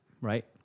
right